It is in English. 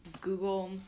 Google